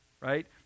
right